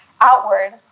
outward